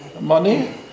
money